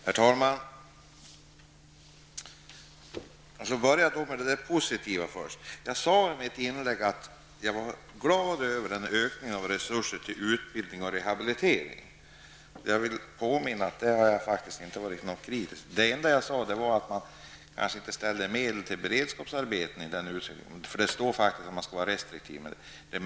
Herr talman! Låt mig börja med det positiva. Jag sade i mitt inlägg att jag var glad över ökningen av resurser till utbildning och rehabilitering. Jag vill påminna om att jag faktiskt inte har varit kritisk på den punkten. Det enda jag sade var att man kanske inte gav medel till beredskapsarbeten i särskilt stor utsträckning. Det står faktiskt i propositionen att man skall vara restriktiv med sådana medel.